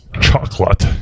chocolate